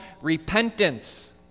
repentance